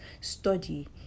study